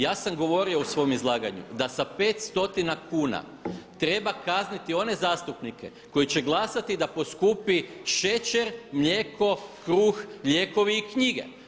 Ja sam govorio u svom izlaganju da sa 500 kuna treba kazniti one zastupnike koji će glasati da poskupi šećer, mlijeko, kruh, lijekovi i knjige.